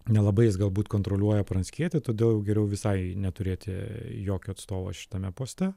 nelabai jis galbūt kontroliuoja pranckietį todėl jau geriau visai neturėti jokio atstovo šitame poste